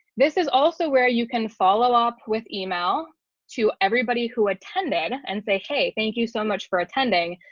this is also where you can follow up with email to everybody who attended and say hey, thanks you so much for attending.